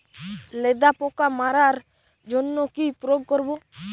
লেদা পোকা মারার জন্য কি প্রয়োগ করব?